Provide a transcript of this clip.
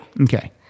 Okay